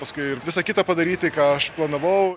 paskui ir visa kita padaryti ką aš planavau